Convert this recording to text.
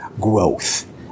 growth